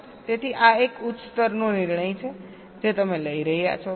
તેથી આ એક ઉચ્ચ સ્તરનો નિર્ણય છે જે તમે લઈ રહ્યા છો